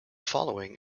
following